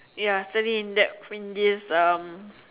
ya study in depth in this um